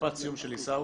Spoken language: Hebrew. במשפט הסיום של עיסאווי,